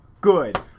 Good